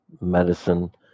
medicine